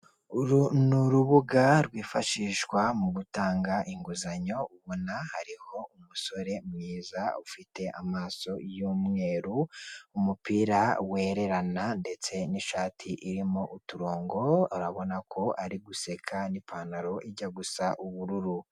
Uru ni urubuga rwifashishwa mu gutanga inguzanyo, ubona hariho umusore mwiza ufite amaso y'umweru, umupira wererana ndetse, n'ishati irimo uturongo, urabona ko ari guseka, n'ipantaro ijya gusa ubururu.